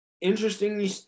interestingly